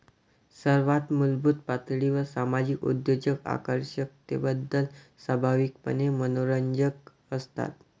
सर्वात मूलभूत पातळीवर सामाजिक उद्योजक आकर्षकतेबद्दल स्वाभाविकपणे मनोरंजक असतात